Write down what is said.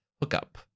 hookup